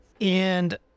and-